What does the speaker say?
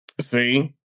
See